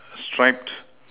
striped